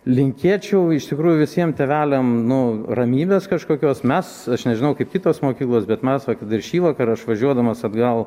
linkėčiau iš tikrųjų visiem tėveliam nu ramybės kažkokios mes aš nežinau kaip kitos mokyklos bet mes va kad ir šįvakar aš važiuodamas atgal